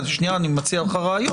אני מציע לך רעיון.